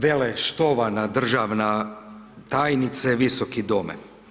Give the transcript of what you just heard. Vele štovana državna tajnice, visoki dome.